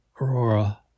aurora